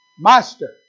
Master